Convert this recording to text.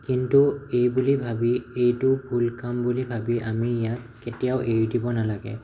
কিন্তু এইবুলি ভাবি এইটো ভুল কাম বুলি ভাবি আমি ইয়াক কেতিয়াও এৰি দিব নালাগে